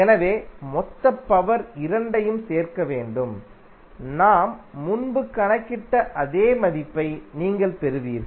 எனவே மொத்த பவர் இரண்டையும் சேர்க்க வேண்டும் நாம் முன்பு கணக்கிட்ட அதே மதிப்பை நீங்கள் பெறுவீர்கள்